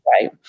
Right